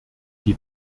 die